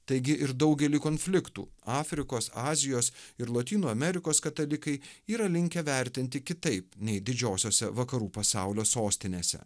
taigi ir daugely konfliktų afrikos azijos ir lotynų amerikos katalikai yra linkę vertinti kitaip nei didžiosiose vakarų pasaulio sostinėse